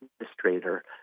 administrator